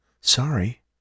Sorry